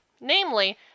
Namely